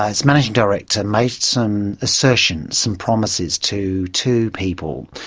ah its managing director made some assertions, some promises to two people,